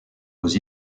aux